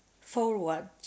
forward